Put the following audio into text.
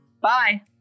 Bye